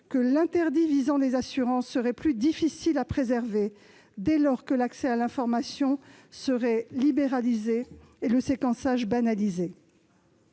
que l'interdit visant des assurances « serait plus difficile à préserver dès lors que l'accès à l'information serait libéralisé et le séquençage banalisé